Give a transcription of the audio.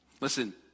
Listen